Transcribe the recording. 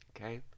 okay